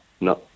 no